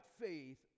faith